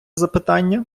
запитання